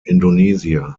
indonesia